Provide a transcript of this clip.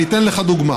אני אתן לך דוגמה.